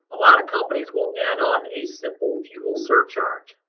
a lot of companies will add on a simple fuel surcharge.